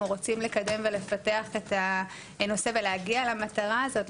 רוצים לקדם ולפתח את הנושא ולהגיע למטרה הזאת,